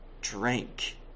drink